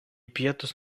pietus